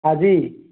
আজি